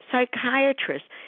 psychiatrists